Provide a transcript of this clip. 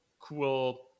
cool